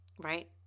right